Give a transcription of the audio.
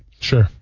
Sure